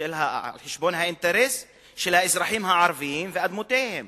האינטרס של האזרחים הערבים ואדמותיהם.